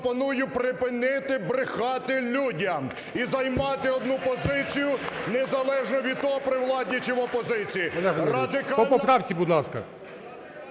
пропоную припинити брехати людям і займати одну позицію незалежно від того при владі чи в опозиції.